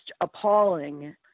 appalling